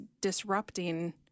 disrupting